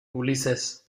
ulises